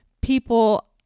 people